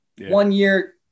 one-year